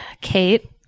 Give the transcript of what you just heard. Kate